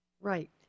Right